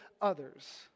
others